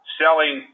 selling